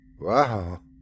Wow